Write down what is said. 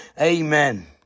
Amen